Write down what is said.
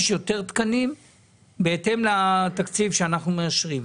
בהתאם לתקציב שאנחנו מאשרים.